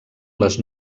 les